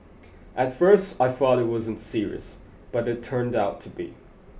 at first I thought it wasn't serious but it turned out to be